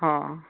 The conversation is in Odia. ହଁ